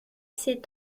ces